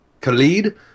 Khalid